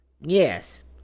Yes